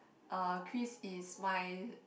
uh Chris is my